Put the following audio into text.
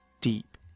deep